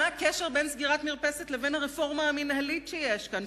מה הקשר בין סגירת מרפסת לבין הרפורמה המינהלית שיש כאן?